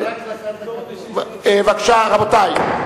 רבותי,